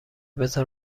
بزار